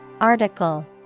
Article